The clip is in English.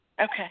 Okay